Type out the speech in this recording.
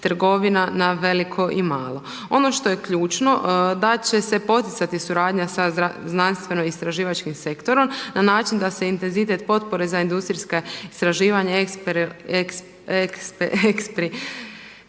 na veliko i malo. Ono što je ključno da će se poticati suradnja sa znanstveno-istraživačkim sektorom na način da se intenzitet potpore za industrijska istraživanja i